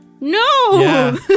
No